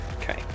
Okay